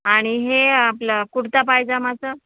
आणि हे आपलं कुडता पायजमाचं